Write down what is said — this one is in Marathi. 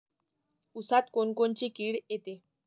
ऊसात कोनकोनची किड येते?